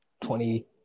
Twenty-